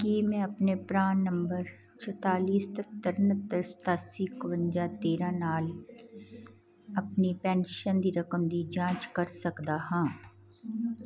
ਕੀ ਮੈਂ ਆਪਣੇ PRAN number ਚੁਤਾਲੀ ਸਤੱਤਰ ਉਣਹੱਤਰ ਸਤਾਸੀ ਇੱਕਵੰਜਾ ਤੇਰ੍ਹਾਂ ਨਾਲ ਆਪਣੀ ਪੈਨਸ਼ਨ ਦੀ ਰਕਮ ਦੀ ਜਾਂਚ ਕਰ ਸਕਦਾ ਹਾਂ